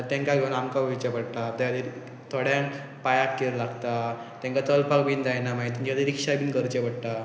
तेंकां घेवन आमकां वयचें पडटा त्या खातीर थोड्यांक पांयांक किदें लागता तेंका चलपाक बीन जायना मागीर तेंच्या खातीर रिक्षा बीन करचें पडटा